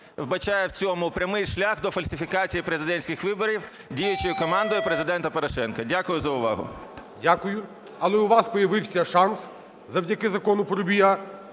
вбачає в цьому прямий шлях до фальсифікацій президентських виборів діючою командою Президента Порошенка. Дякую за увагу. ГОЛОВУЮЧИЙ. Дякую. Але у вас появився шанс завдяки закону Парубія,